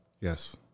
Yes